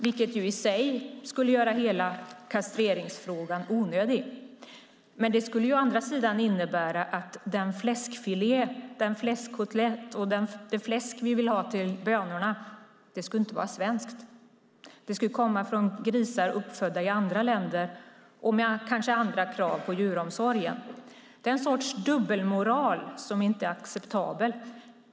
Detta i sig skulle visserligen göra hela kastreringsfrågan onödig, men det skulle å andra sidan innebära att fläskfilén, fläskkotletten och det fläsk vi vill ha till bönorna inte skulle vara svenskt. Det skulle komma från grisar uppfödda i andra länder som kanske har andra krav på djuromsorgen. Det är en sorts dubbelmoral som inte är acceptabel.